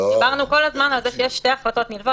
אנחנו דיברנו כל הזמן על זה שיש שתי החלטות נלוות